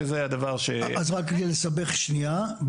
אז רק כדי לסבך שנייה.